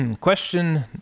Question